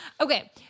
Okay